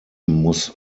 muss